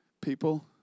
People